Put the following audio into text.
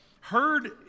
heard